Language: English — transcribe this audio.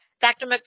Dr